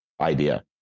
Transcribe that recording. idea